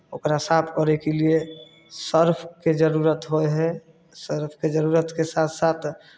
ओकरा साफ करेके लिए सर्फके जरूरत होइ हइ सर्फके जरूरतके साथ साथ